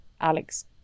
Alex